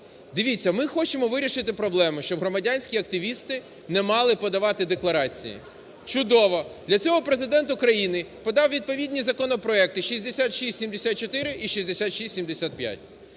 Дивіться, ми хочемо вирішити проблему, щоб громадянські активісти не мали подавати декларації. Чудово. Для цього Президент України подав відповідні законопроекти 6674 і 6675.